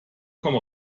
komm